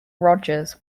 rogers